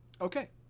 Okay